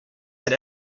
that